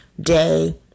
day